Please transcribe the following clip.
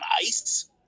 ice